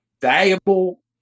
valuable